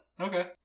okay